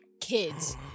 kids